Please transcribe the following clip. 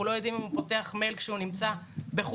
אנחנו לא יודעים אם הוא פותח מייל כשהוא נמצא בחופשה